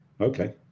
Okay